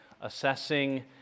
assessing